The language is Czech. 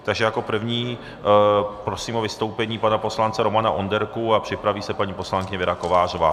Takže jako prvního prosím o vystoupení pana poslance Romana Onderku a připraví se paní poslankyně Věra Kovářová.